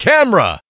Camera